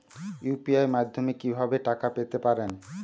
UPI মাধ্যমে কি ভাবে টাকা পেতে পারেন?